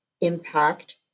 impact